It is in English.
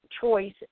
choice